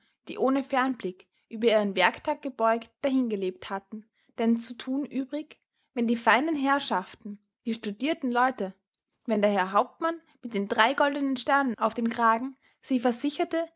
die ohne fernblick über ihren werktag gebeugt dahingelebt hatten denn zu tun übrig wenn die feinen herrschaften die studierten leute wenn der herr hauptmann mit den drei goldenen sternen auf dem kragen sie versicherte